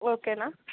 okay